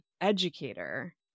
educator